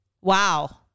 Wow